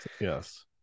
Yes